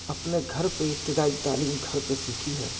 اہنے گھر پہ ابتدائی تعلیم گھر پہ سیکھی ہے